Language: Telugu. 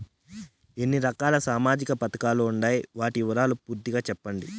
ఎన్ని రకాల సామాజిక పథకాలు ఉండాయి? వాటి వివరాలు పూర్తిగా సెప్పండి?